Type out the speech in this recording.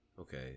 Okay